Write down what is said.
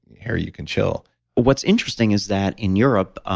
hair you can chill what's interesting is that in europe